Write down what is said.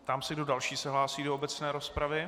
Ptám se, kdo další se hlásí do obecné rozpravy.